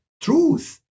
truth